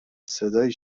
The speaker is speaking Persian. صدایی